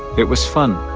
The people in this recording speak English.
it was fun.